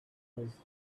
was